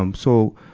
um so,